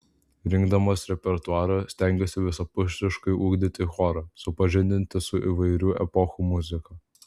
rinkdamas repertuarą stengiuosi visapusiškai ugdyti chorą supažindinti su įvairių epochų muzika